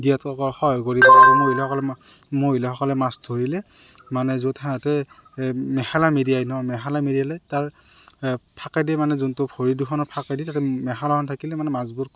দিয়াত আকৌ সহায় কৰি মহিলাসকলে মা মহিলাসকলে মাছ ধৰিলে মানে য'ত সিহঁতে মেখেলা মেৰিয়াই নহ মেখেলা মেৰিয়ালে তাৰ ফাকেদি মানে যোনটো ভৰি দুখনত ফাকেদি তাতে মেখেলাখন থাকিলে মানে মাছবোৰ